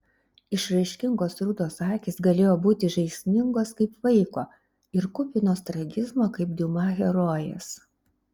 išraiškingos rudos akys galėjo būti žaismingos kaip vaiko ir kupinos tragizmo kaip diuma herojės